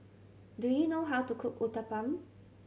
do you know how to cook Uthapam